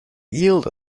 yield